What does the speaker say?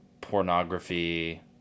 pornography